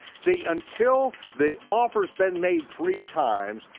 see, until the offer's been made three times,